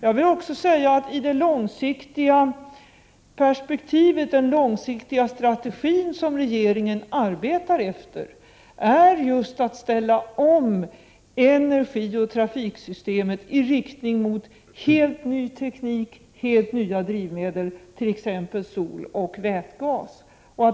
Jag vill också säga att i det långsiktiga perspektivet och i den långsiktiga strategi som regeringen arbetar efter ingår just att ställa om energioch trafiksystemet i riktning mot helt ny teknik och helt nya drivmedel, t.ex. soloch vätgas.